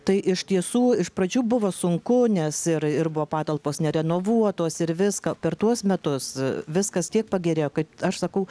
tai iš tiesų iš pradžių buvo sunku nes ir ir buvo patalpos nerenovuotos ir viską per tuos metus viskas tiek pagerėjo kad aš sakau